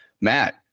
Matt